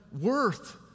worth